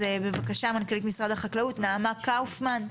אז בבקשה, מנכ"לית משרד החקלאות, נעמה קאופמן.